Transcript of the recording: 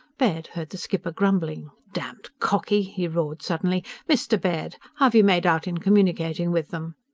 baird heard the skipper grumbling damned cocky! he roared suddenly mr. baird! how've you made out in communicating with them?